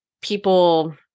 people